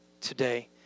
today